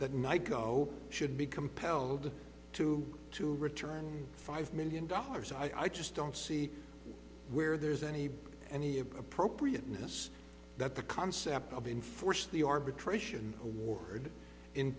that night go should be compelled to to return five million dollars i just don't see where there's any any appropriateness that the concept of enforce the arbitration award in